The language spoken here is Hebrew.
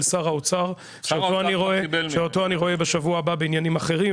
שר האוצר שאותו אני רואה בשבוע הבא בעניינים אחרים,